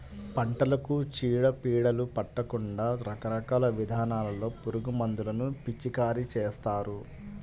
పంటలకు చీడ పీడలు పట్టకుండా రకరకాల విధానాల్లో పురుగుమందులను పిచికారీ చేస్తారు